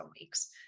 weeks